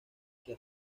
que